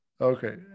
Okay